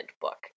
book